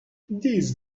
this